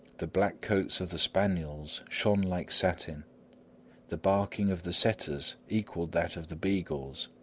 the black coats of the spaniels shone like satin the barking of the setters equalled that of the beagles.